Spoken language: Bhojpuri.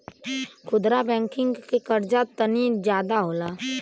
खुदरा बैंकिंग के कर्जा तनी जादा होला